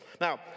Now